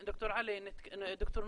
ד"ר נוהאד,